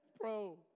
bro